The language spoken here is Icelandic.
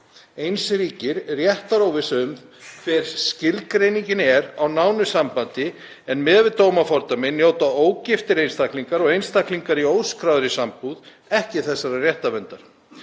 Eins ríkir réttaróvissa um hver skilgreiningin er á nánu sambandi en miðað við dómafordæmi njóta ógiftir einstaklingar og einstaklingar í óskráðri sambúð ekki þessarar réttarverndar.